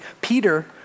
Peter